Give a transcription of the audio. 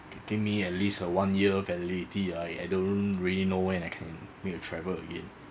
can give me at least a one year validity I don't really know when I can make a travel again